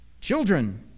Children